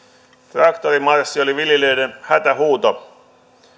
traktorimarssi oli viljelijöiden hätähuuto